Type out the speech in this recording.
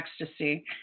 ecstasy